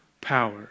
power